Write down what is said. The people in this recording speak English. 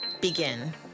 begin